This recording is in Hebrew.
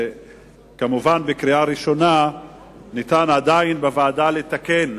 וכמובן בקריאה ראשונה אפשר עדיין בוועדה לתקן.